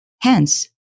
Hence